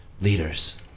leaders